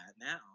now